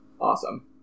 Awesome